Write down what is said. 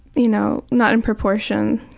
you know not in proportion.